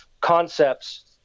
concepts